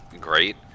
great